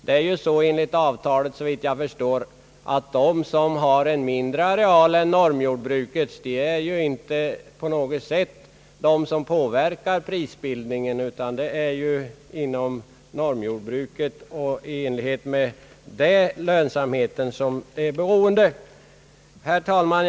Såvitt jag förstår är det så enligt avtalet att de som har en mindre areal än normjordbruket inte på något sätt påverkar prisbildningen, utan denna beror av dem som har en större areal och det är ju därpå som lönsamheten beror. Herr talman!